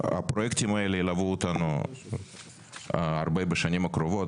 הפרויקטים האלה ילוו אותנו הרבה בשנים הקרובות,